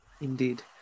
Indeed